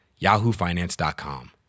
yahoofinance.com